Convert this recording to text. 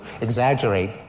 exaggerate